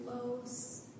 close